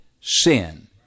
sin